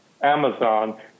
Amazon